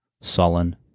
sullen